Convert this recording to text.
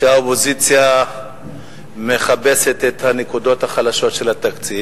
שהאופוזיציה מחפשת את הנקודות החלשות של התקציב